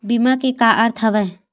बीमा के का अर्थ हवय?